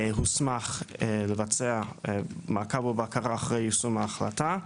הוסמך לבצע מעקב ובקרה אחרי יישום ההחלטה.